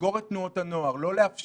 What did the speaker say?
לסגור את תנועות הנוער, לא לאפשר